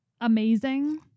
amazing